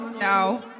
No